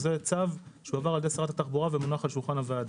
וזה צו שעבר על-ידי משרד התחבורה ומונח על שולחן הוועדה.